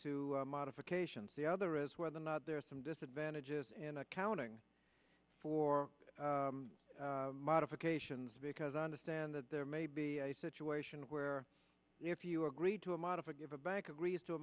to modifications the other is whether or not there are some disadvantages and accounting for modifications because i understand that there may be a situation where if you agree to a modified bank agrees to a